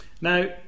Now